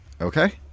okay